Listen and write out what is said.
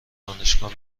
دانشگاه